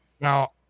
now